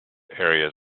areas